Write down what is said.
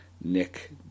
Nick